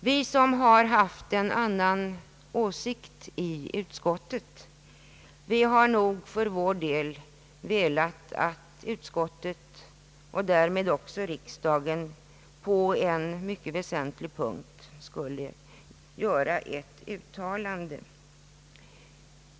Vi som har haft en annan åsikt i utskottet har nog för vår del önskat, att utskottet och därmed också riksdagen på en mycket väsentlig punkt skulle göra ett uttalande.